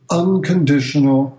unconditional